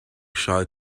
shy